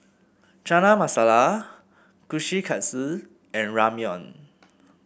Chana Masala Kushikatsu and Ramyeon